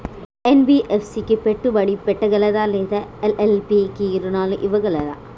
NBFC పెట్టుబడి పెట్టగలదా లేదా ఎల్.ఎల్.పి కి రుణాలు ఇవ్వగలదా?